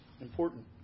important